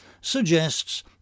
suggests